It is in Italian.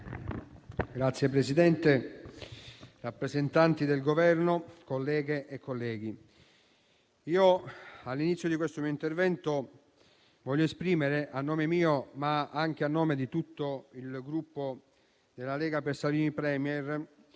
Signor Presidente, rappresentanti del Governo, colleghe e colleghi, all'inizio di questo mio intervento voglio esprimere, a nome mio e a nome di tutto il Gruppo Lega per Salvini Premier,